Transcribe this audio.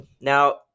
Now